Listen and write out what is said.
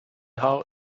how